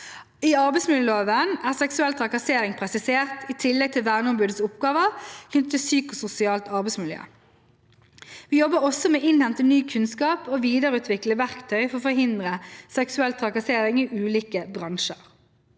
I arbeidsmiljøloven er seksuell trakassering presisert i tillegg til verneombudets oppgaver knyttet til psykososialt arbeidsmiljø. Vi jobber også med å innhente ny kunnskap og videreutvikle verktøy for å forhindre seksuell trakassering i ulike bransjer.